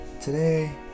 Today